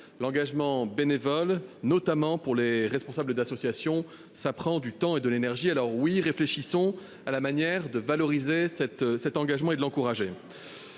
L'engagement bénévole, notamment pour les responsables d'associations, exige du temps et de l'énergie. Alors, oui, réfléchissons à la manière de valoriser et d'encourager